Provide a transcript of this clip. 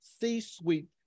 C-suite